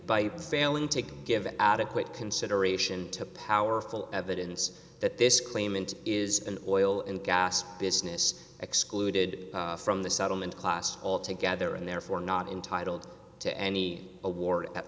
by failing to give adequate consideration to powerful evidence that this claimant is an oil and gas business excluded from the settlement class all together and therefore not entitled to any award at